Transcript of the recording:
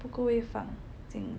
不够位放进